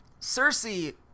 Cersei